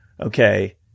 okay